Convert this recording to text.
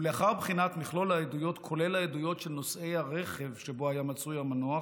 ולאחר בחינת מכלול העדויות כולל העדויות נוסעי הרכב שבו היה מצוי המנוח,